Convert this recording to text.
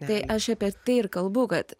tai aš apie tai ir kalbu kad